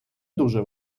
дуже